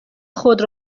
خود